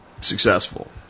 successful